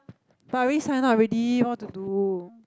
but I already sign up already what to do